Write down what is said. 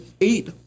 eight